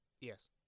Yes